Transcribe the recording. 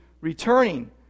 returning